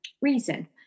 reason